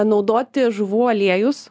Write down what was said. naudoti žuvų aliejus